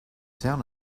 down